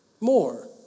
more